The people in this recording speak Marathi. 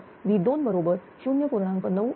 तरV2 बरोबर 0